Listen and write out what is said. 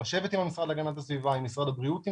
לשבת עם המשרד להגנת הסביבה ועם משרד הבריאות אם